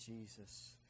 Jesus